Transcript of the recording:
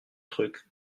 trucs